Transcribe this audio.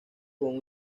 con